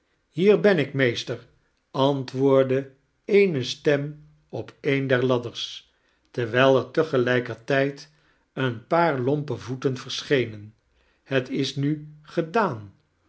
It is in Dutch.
hiex ben ik meesiter antwoocdde eene stem op een dear ladders terwijl er tegelijkertijd een paar lompe voeten verschenen het is nu gedaan